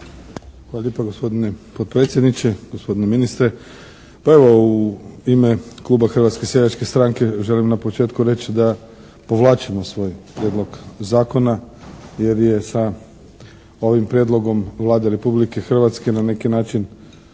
Hvala lijepa gospodine podpredsjedniče, gospodine ministre. Pa evo u ime Kluba Hrvatske seljačke stranke želim na početku reći da povlačimo svoj Prijedlog zakona jer je sa ovim prijedlogom Vlade Republike Hrvatske na neki način